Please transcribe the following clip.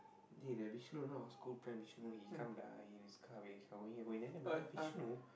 dey that Vishnu you know our school friend Vishnu he come he come kao peh kao bu !huh! Vishnu